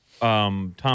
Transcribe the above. Tom